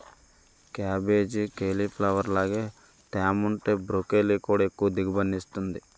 cabbage, cauliflower లాగే తేముంటే broccoli కూడా ఎక్కువ దిగుబడినిస్తుంది